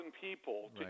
people